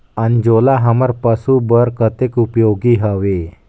अंजोला हमर पशु बर कतेक उपयोगी हवे?